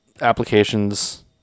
applications